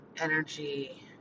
Energy